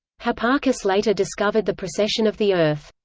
hipparchus later discovered the precession of the earth.